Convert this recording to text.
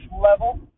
level